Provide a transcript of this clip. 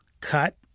cut